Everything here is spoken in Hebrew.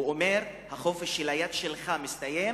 הוא אומר: החופש של היד שלך מסתיים